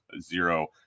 zero